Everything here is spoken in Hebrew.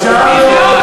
תסיים.